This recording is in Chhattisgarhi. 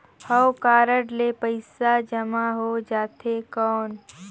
हव कारड ले पइसा जमा हो जाथे कौन?